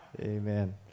amen